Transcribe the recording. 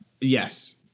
yes